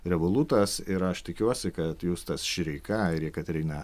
revolutas ir aš tikiuosi kad justas šireika ir jekaterina